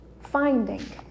finding